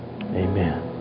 Amen